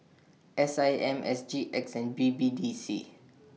S I M S G X and B B D C